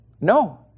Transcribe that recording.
No